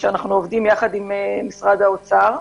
אנו עובדים עם משרד האוצר,